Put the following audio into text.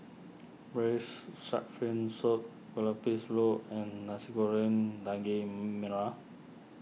Braised Shark Fin Soup Kuih Lopes road and Nasi Goreng Daging Merah